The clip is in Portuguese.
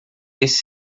desse